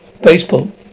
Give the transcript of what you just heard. Baseball